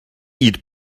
eat